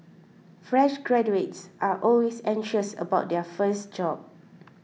fresh graduates are always anxious about their first job